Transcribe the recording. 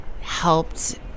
helped